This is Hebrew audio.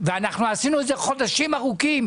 ואנחנו עשינו את זה במשך חודשים ארוכים.